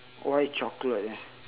why chocolate leh